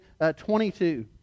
22